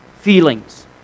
feelings